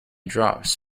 drops